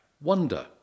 Wonder